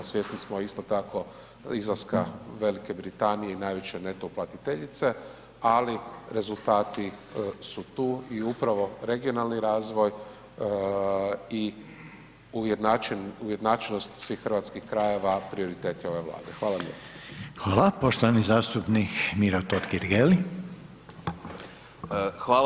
Svjesni smo isto tako izlaska Velike Britanije i najveće neto uplatiteljice, ali rezultati su tu i upravo regionalni razvoj i ujednačenost svih hrvatskih krajeva prioritet je ove Vlade.